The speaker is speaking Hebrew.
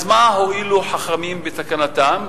אז מה הועילו חכמים בתקנתם,